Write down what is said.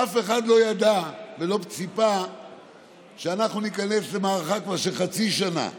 אף אחד לא ידע ולא ציפה שאנחנו ניכנס למערכה של חצי שנה כבר.